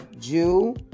Jew